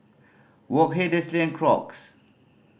Wok Hey Delsey and Crocs